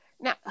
Now